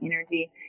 energy